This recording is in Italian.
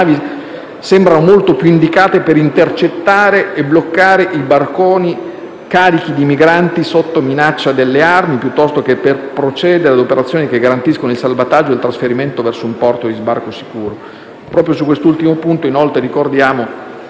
sembrino molto più indicate per intercettare e bloccare i barconi carichi di migranti sotto minaccia delle armi, piuttosto che per procedere a operazioni che garantiscano il salvataggio e il trasferimento verso un porto di sbarco sicuro. Proprio su quest'ultimo punto, inoltre, ricordiamo